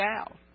out